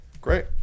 Great